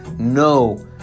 No